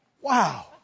wow